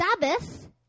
Sabbath